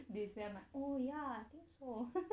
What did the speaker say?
this then I'm like oh ya I think so